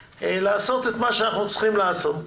לעשות את מה שאנחנו צריכים לעשות.